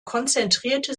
konzentrierte